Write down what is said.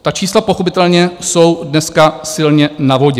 Ta čísla pochopitelně jsou dneska silně na vodě.